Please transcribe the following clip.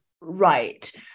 right